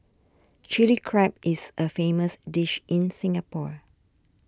Chilli Crab is a famous dish in Singapore